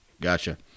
gotcha